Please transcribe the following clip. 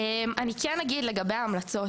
אני כן אגיד לגבי ההמלצות.